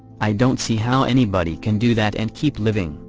i don't see how anybody can do that and keep living,